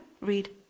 read